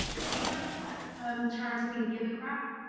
not enough um charity thing, give a crap?